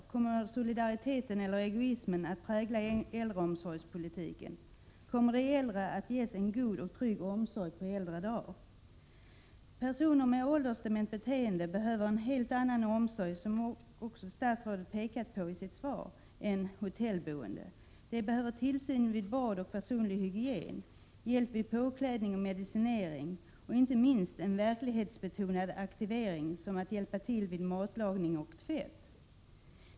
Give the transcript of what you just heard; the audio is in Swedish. Kommer solidariteten eller egoismen att prägla äldreomsorgspolitiken? Kommer man att ges en god och trygg omsorg på äldre dagar? Personer med åldersdement beteende behöver en helt annan form av omsorg än hotellboende, vilket statsrådet också har pekat på i sitt svar. De behöver tillsyn vid bad och när det gäller personlig hygien, hjälp vid påklädning och med medicinering, och inte minst behöver de en verklighetsbetonad aktivering som att hjälpa till vid matlagning och tvätt.